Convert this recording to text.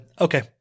Okay